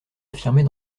affirmer